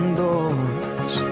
doors